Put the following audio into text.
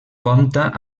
compta